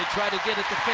to get it to fair.